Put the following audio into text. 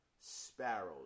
sparrows